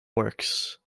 works